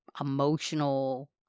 emotional